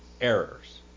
errors